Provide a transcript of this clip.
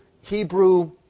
Hebrew